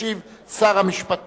ישיב שר המשפטים.